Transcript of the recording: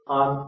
on